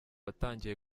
atangiye